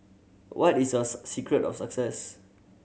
what is your secret of success